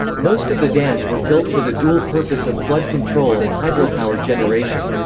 most of the dams were built for the dual purpose of flood control and hydropower generation.